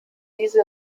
diese